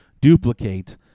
duplicate